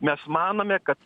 mes manome kad